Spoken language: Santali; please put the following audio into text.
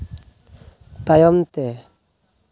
ᱛᱟᱭᱚᱢ ᱛᱮ